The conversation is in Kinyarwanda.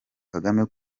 kagame